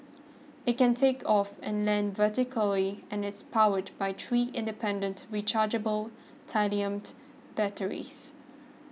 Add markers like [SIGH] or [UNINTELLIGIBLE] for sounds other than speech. it can take off and land vertically and is powered by three independent rechargeable [UNINTELLIGIBLE] batteries